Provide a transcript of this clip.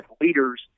leaders